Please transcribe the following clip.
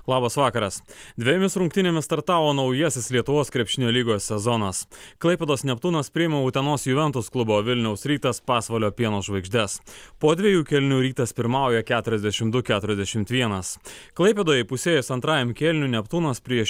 labas vakaras dvejomis rungtynėmis startavo naujasis lietuvos krepšinio lygos sezonas klaipėdos neptūnas priima utenos juventus klubo vilniaus rytas pasvalio pieno žvaigždes po dviejų kėlinių rytas pirmauja keturiasdešimt du keturiasdešimt vienas klaipėdoje įpusėjus antrajam kėliniui neptūnas prieš